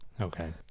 Okay